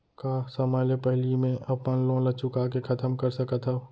का समय ले पहिली में अपन लोन ला चुका के खतम कर सकत हव?